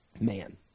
man